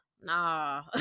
Nah